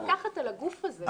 הכנסת מפקחת על הגוף הזה.